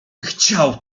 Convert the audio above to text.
chciał